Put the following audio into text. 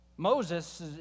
Moses